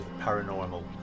paranormal